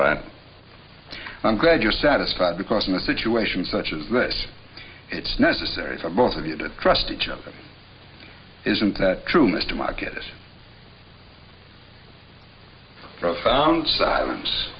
at i'm glad you're satisfied because in a situation such as this it's necessary for both of you to trust each other isn't that true mr market is profound